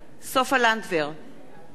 בעד גאלב מג'אדלה,